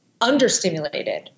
understimulated